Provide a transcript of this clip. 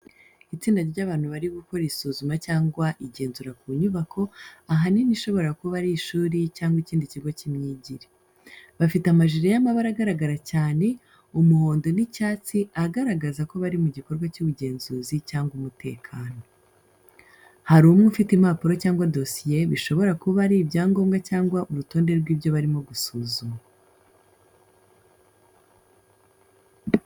Itsinda ry’abantu bari gukora isuzuma cyangwa igenzura ku nyubako, ahanini ishobora kuba ari ishuri cyangwa ikindi kigo cy’imyigire. Bafite amajire y’amabara agaragara cyane, umuhondo n’icyatsi agaragaza ko bari mu gikorwa cy’ubugenzuzi cyangwa umutekano. Hari umwe ufite impapuro cyangwa dosiye bishobora kuba ari ibyangombwa cyangwa urutonde rw’ibyo barimo gusuzuma.